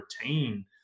retain